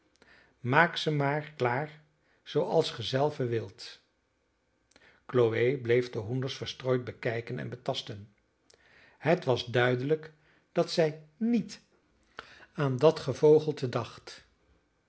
maak ze maar klaar zooals gij zelve wilt chloe bleef de hoenders verstrooid bekijken en betasten het was duidelijk dat zij niet aan dat gevogelte dacht